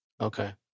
Okay